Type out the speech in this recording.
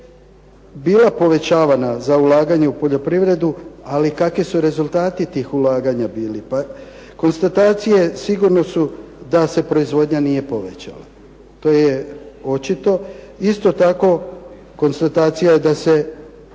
bila povećavana za ulaganje u poljoprivredi, ali kakvi su rezultati tih ulaganja bili? Pa konstatacije sigurno su da se proizvodnja nije povećala, to je očito. Isto tako, konstatacija je da je rastao